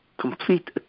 Complete